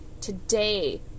today